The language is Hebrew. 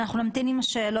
אנחנו נמתין מעט עם השאלות.